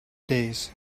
days